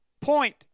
point